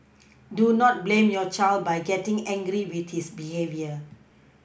do not blame your child by getting angry with his behaviour